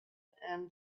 and